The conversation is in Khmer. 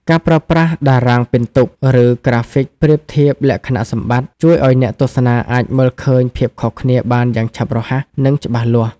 ការប្រើប្រាស់តារាងពិន្ទុ ឬក្រាហ្វិកប្រៀបធៀបលក្ខណៈសម្បត្តិ ជួយឱ្យអ្នកទស្សនាអាចមើលឃើញភាពខុសគ្នាបានយ៉ាងឆាប់រហ័ស និងច្បាស់លាស់។